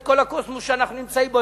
את כל הקוסמוס שאנחנו נמצאים בו,